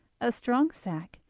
a strong sack,